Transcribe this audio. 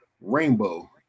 Rainbow